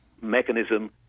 mechanism